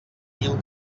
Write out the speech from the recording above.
mil